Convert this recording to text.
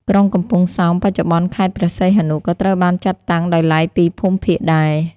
ក្រុងកំពង់សោម (បច្ចុប្បន្នខេត្តព្រះសីហនុ) ក៏ត្រូវបានចាត់តាំងដោយឡែកពីភូមិភាគដែរ។